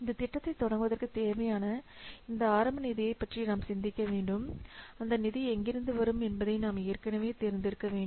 இந்தத் திட்டத்தைத் தொடங்குவதற்குத் தேவையான இந்த ஆரம்ப நிதியைப் பற்றி நாம் சிந்திக்க வேண்டும் அந்த நிதி எங்கிருந்து வரும் என்பதை நாம் ஏற்கனவே தெரிந்திருக்க வேண்டும்